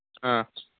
ꯑꯥ